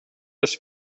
das